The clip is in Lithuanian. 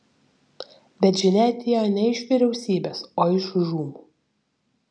bet žinia atėjo ne iš vyriausybės o iš žūm